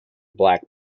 black